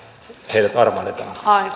heidät armahdetaan